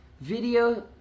Video